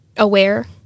aware